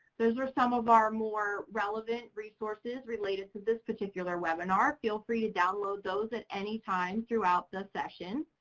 those are some of our more relevant resources related to this particular webinar. feel free to download those at any time throughout the session.